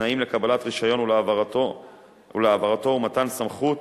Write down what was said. תנאים לקבלת רשיון ולהעברתו ומתן סמכות